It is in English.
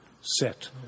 set